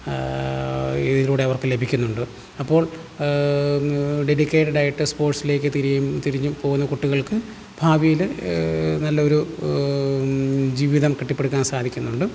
ഇതിലൂടെ അവർക്ക് ലഭിക്കുന്നുണ്ട് അപ്പോൾ ഡെഡികേറ്റഡായിട്ട് സ്പോർട്സിലേക്ക് തിരിയും തിരിഞ്ഞ് പോകുന്ന കുട്ടികൾക്ക് ഭാവിയില് നല്ലൊരു ജീവിതം കെട്ടിപ്പടുക്കാൻ സാധിക്കുന്നുണ്ട്